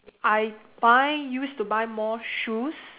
I buy used to buy more shoes